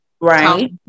Right